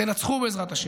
תנצחו, בעזרת השם.